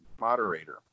moderator